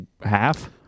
half